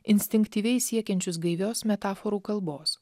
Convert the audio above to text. instinktyviai siekiančius gaivios metaforų kalbos